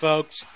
folks